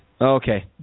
Okay